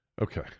Okay